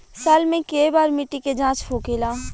साल मे केए बार मिट्टी के जाँच होखेला?